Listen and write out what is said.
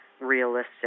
realistic